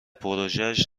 پژوهش